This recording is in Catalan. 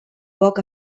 poc